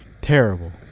Terrible